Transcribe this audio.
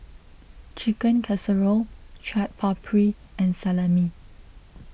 Chicken Casserole Chaat Papri and Salami